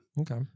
okay